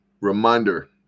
reminder